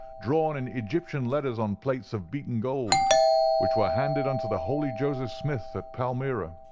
drawn in egyptian letters on plates of beaten gold which were handed unto the holy joseph smith at palmyra.